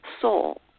soul